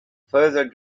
further